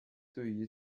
对于